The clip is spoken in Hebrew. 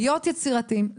להיות יצירתיים,